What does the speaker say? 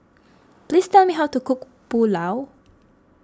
please tell me how to cook Pulao